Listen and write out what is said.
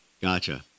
gotcha